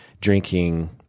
drinking